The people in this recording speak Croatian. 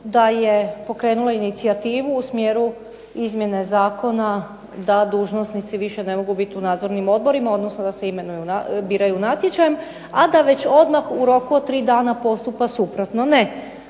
da je pokrenula inicijativu u smjeru izmjene zakona da dužnosnici više ne mogu biti u nadzornim odborima, odnosno da se biraju natječajem, a da već odmah u roku od tri dana postupa suprotno.